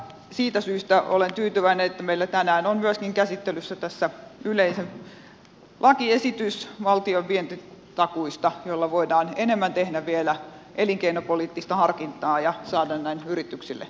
siitä syystä olen tyytyväinen että meillä tänään on myöskin käsittelyssä lakiesitys valtion vientitakuista joilla voidaan enemmän tehdä vielä elinkeinopoliittista harkintaa ja saada näin yrityksille tukea